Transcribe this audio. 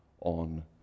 on